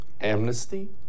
Amnesty